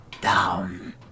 Down